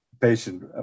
patient